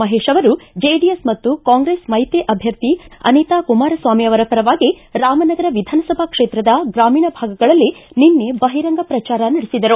ಮಹೇಶ್ ಅವರು ಜೆಡಿಎಸ್ ಮತ್ತು ಕಾಂಗ್ರೆಸ್ ಮೈತ್ರಿ ಅಭ್ಯರ್ಥಿ ಅನಿತಾ ಕುಮಾರಸ್ವಾಮಿ ಅವರ ಪರವಾಗಿ ರಾಮನಗರ ವಿಧಾನಸಭಾ ಕ್ಷೇತ್ರದ ಗ್ರಾಮೀಣ ಭಾಗಗಳಲ್ಲಿ ನಿನ್ನೆ ಬಹಿರಂಗ ಪ್ರಚಾರ ನಡೆಸಿದರು